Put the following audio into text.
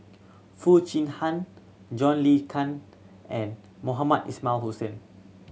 Foo Chee Han John Le Cain and Mohamed Ismail Hussain